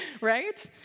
right